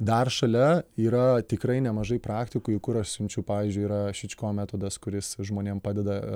dar šalia yra tikrai nemažai praktikų į kur aš siunčiu pavyzdžiui yra šičko metodas kuris žmonėm padeda